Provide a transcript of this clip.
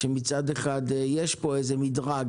כשמצד אחד יש פה מדרג,